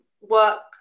work